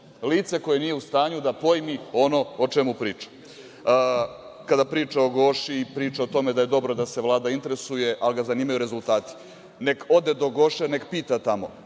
lice koje nije u stanju da pojmi ono o čemu priča. Kada priča o „Goši“ i priča o tome da je dobro da se Vlada interesuje, ali ga zanimaju rezultati, neka ode do „Goše“ i nek pita tamo.